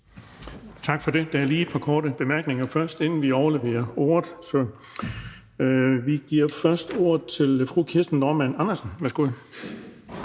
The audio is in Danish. Tak for det. Der er lige et par korte bemærkninger først, inden vi giver ordet videre. Vi giver først ordet til fru Kirsten Normann Andersen. Værsgo.